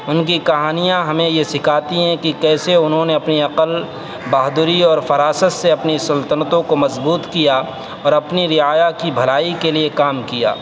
ان کی کہانیاں ہمیں یہ سکھاتی ہیں کہ کیسے انہوں نے اپنی عقل بہادری اور فراست سے اپنی سلطنتوں کو مضبوط کیا اور اپنی رعایا کی بھلائی کے لیے کام کیا